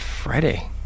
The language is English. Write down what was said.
Friday